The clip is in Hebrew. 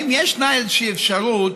האם ישנה איזו אפשרות